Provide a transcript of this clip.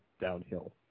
downhill